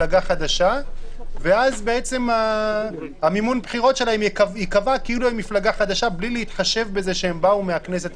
בחדרים האלה לעמדות מחוץ לאותם חדרים בהם יוכלו לצפות חברי